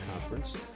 conference